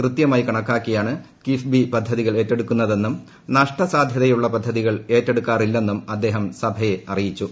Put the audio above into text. കണക്കാക്കിയാണ് കിഫ്ബി പദ്ധതികൾ ഏറ്റെടുക്കുന്നതെന്നും നഷ്ട സാധ്യതയുള്ള പദ്ധതികൾ ഏറ്റെടുക്കാറില്ലെന്നും അദ്ദേഹം സഭയെ അറിയിച്ചു